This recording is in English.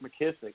McKissick